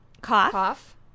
cough